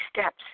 steps